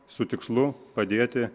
su tikslu padėti